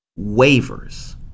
waivers